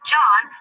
John